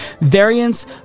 variants